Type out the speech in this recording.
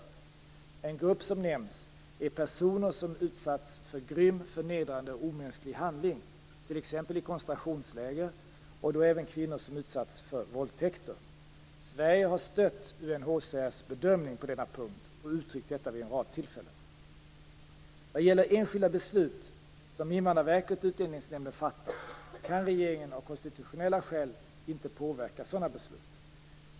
En grupp som nämns är personer som utsatts för grym, förnedrande och omänsklig handling, t.ex. i koncentrationsläger och då även kvinnor som utsatts för våldtäkter. Sverige har stött UNHCR:s bedömning på denna punkt och uttryckt detta vid en rad tillfällen. Vad gäller enskilda beslut som Invandrarverket och Utlänningsnämnden fattar, kan regeringen av konstitutionella skäl inte påverka sådana beslut.